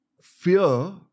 fear